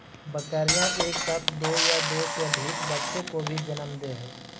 बकरियाँ एक साथ दो या दो से अधिक बच्चों को भी जन्म दे हई